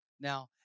now